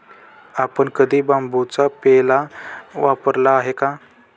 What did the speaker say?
आपण कधी बांबूचा पेला वापरला आहे का?